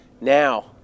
Now